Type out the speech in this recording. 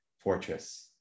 fortress